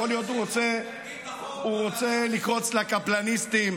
יכול להיות שהוא רוצה לקרוץ לקפלניסטים.